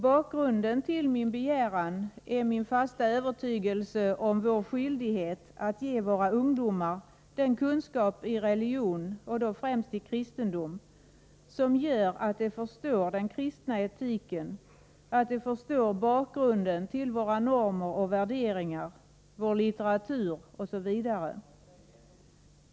Bakgrunden till min begäran är min fasta övertygelse om vår skyldighet att ge våra ungdomar den kunskap i religon och då främst i kristendom som gör att de förstår den kristna etiken, att de förstår bakgrunden till våra normer och värderingar, vår litteratur osv.